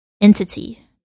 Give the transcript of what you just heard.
entity